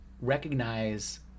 recognize